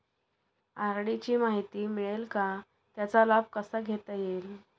RD ची माहिती मिळेल का, त्याचा लाभ कसा घेता येईल?